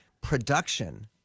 production